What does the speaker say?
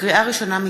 לקריאה ראשונה,